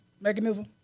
mechanism